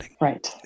Right